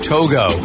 Togo